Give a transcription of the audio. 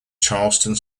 charlestown